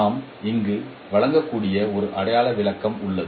நாம் இங்கு வழங்கக்கூடிய ஒரு அடையாள விளக்கம் உள்ளது